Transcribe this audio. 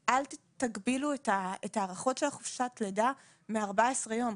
שלא תגבילו את ההארכות של חופשת הלידה מ-14 יום.